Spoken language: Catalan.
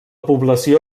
població